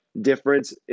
difference